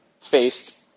faced